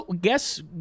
Guess